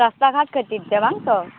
ᱨᱟᱥᱛᱟ ᱜᱷᱟᱴ ᱜᱷᱟᱴ ᱠᱷᱟᱹᱛᱤᱨᱛᱮ ᱵᱟᱝᱛᱚ